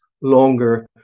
longer